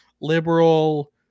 liberal